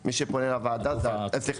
סליחה,